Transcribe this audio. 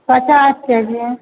पचास केजी